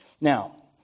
Now